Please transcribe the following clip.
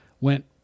went